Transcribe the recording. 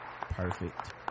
perfect